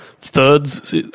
thirds